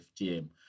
FGM